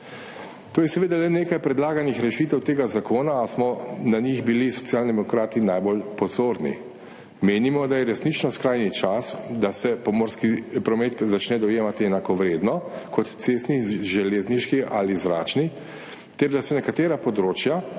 To je seveda le nekaj predlaganih rešitev tega zakona, a smo bili na njih Socialni demokrati najbolj pozorni. Menimo, da je resnično skrajni čas, da se pomorski promet začne dojemati enakovredno kot cestni, železniški ali zračni ter da se nekatera področja,